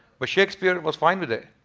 but shakespeare was fine with it.